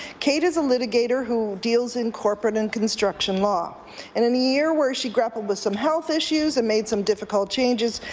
kate is a litigator who deals in corporate and construction law and in the year where she grappled with health issues and made some difficult changes,